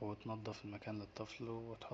وتنضف المكان للطفل وتحطه